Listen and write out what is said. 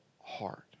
heart